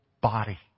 body